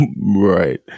right